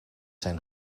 zijn